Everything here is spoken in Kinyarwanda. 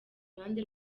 ruhande